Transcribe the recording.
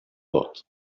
thought